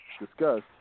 discuss